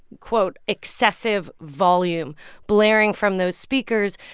quote, excessive volume blaring from those speakers.